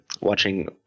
watching